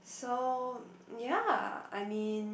so ya I mean